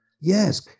yes